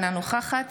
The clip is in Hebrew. אינה נוכחת